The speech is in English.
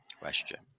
question